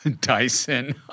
Dyson